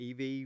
EV